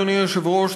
אדוני היושב-ראש,